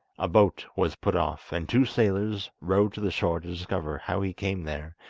a boat was put off, and two sailors rowed to the shore to discover how he came there,